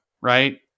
right